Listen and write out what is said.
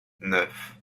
neuf